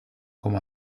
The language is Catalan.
com